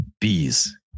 Bees